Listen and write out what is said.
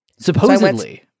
Supposedly